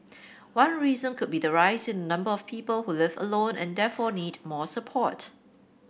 one reason could be the rise in the number of people who live alone and therefore need more support